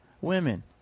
women